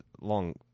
long